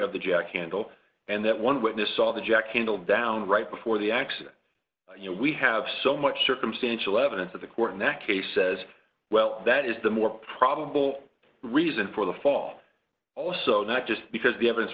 of the jack handle and that one witness saw the jack candle down right before the accident you know we have so much circumstantial evidence that the court in that case says well that is the more probable reason for the fall also not just because the evidence